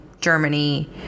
Germany